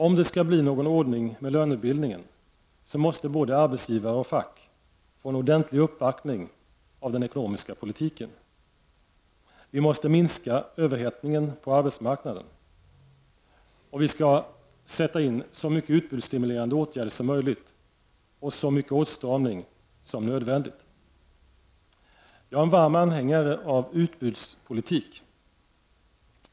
Om det skall bli någon ordning med lönebildningen, så måste både arbetsgivare och fack få en ordentlig uppbackning av den ekonomiska politiken. Vi måste minska överhettningen på arbetsmarknaden. Vi skall sätta in så mycket utbudsstimulerande åtgärder som möjligt och så mycket åtstramning som är nödvändigt. Jag är en varm anhängare av utbudspolitik.